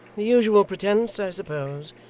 the usual pretence i suppose.